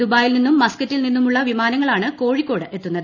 ദുബായിൽ നിന്നും മസ്ക്കറ്റിൽ നിന്നുമുള്ള വിമാനങ്ങളാണ് കോഴിക്കോട് എത്തുന്നത്